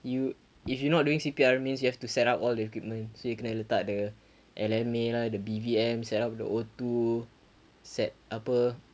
you if you not doing C_P_R means you have to set up all the equipment so you kena letak the L_M_A lah the B_V_M set up the O_two set apa